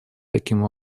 таким